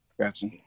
Gotcha